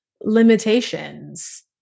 limitations